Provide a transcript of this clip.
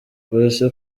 police